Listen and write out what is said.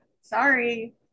sorry